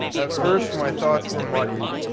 at first my thoughts were muddied.